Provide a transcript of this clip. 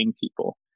people